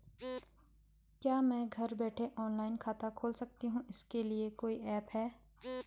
क्या मैं घर बैठे ऑनलाइन खाता खोल सकती हूँ इसके लिए कोई ऐप है?